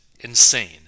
insane